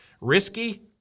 risky